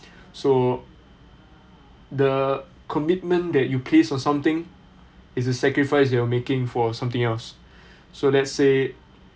so the commitment that you place in something it's a sacrifice you're making for something else so let's say